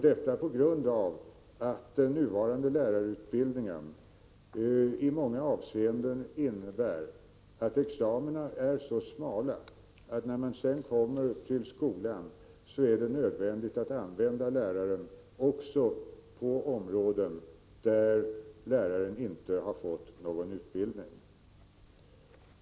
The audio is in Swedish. Detta beror på att den nuvarande lärarutbildningen i många avseenden innebär att examina är så smala att det är nödvändigt att använda lärarna också på områden i undervisningen där de inte har fått någon utbildning.